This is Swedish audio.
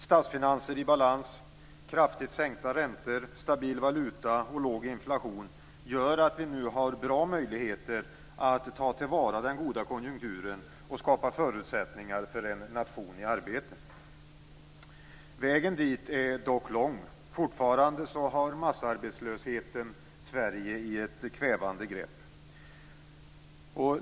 Statsfinanser i balans, kraftigt sänkta räntor, stabil valuta och låg inflation gör att vi nu har bra möjligheter att ta till vara den goda konjunkturen och skapa förutsättningar för en nation i arbete. Vägen dit är dock lång. Fortfarande har massarbetslösheten Sverige i ett kvävande grepp.